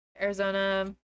arizona